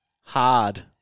hard